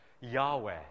Yahweh